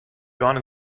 gone